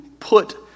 Put